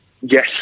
yes